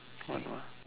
one what